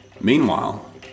Meanwhile